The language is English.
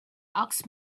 asked